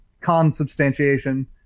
consubstantiation